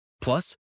Plus